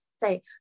say